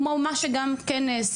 כמו גם על מה שכן נעשה.